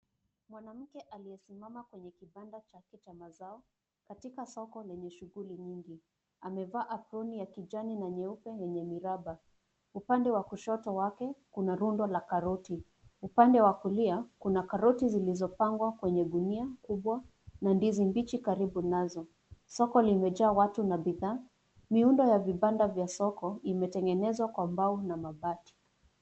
Mwanamke aliyesimama kwenye kibanda cha kicha mazao katika soko lenye shughuli nyingi. Amevaa aproni ya kijani na nyeupe yenye miraba. Upande wa kushoto wake kuna rundo la karoti, upande wa kulia kuna karoti zilizopangwa kwenye gunia kubwa na ndizi mbichi karibu nazo. Soko limejaa watu na bidhaa, miundo ya vibanda vya soko imetengenezwa kwa mbao na mabati.